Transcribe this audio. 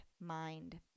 mind